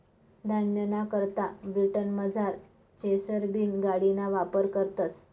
धान्यना करता ब्रिटनमझार चेसर बीन गाडिना वापर करतस